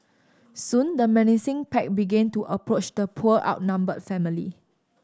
soon the menacing pack began to approach the poor outnumbered family